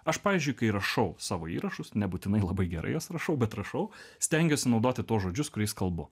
aš pavyzdžiui kai rašau savo įrašus nebūtinai labai gerai juos rašau bet rašau stengiuosi naudoti tuos žodžius kuriais kalbu